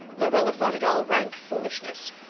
marilla thought it all rank foolishness.